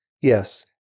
Yes